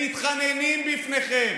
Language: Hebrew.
הם מתחננים בפניכם: